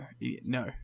no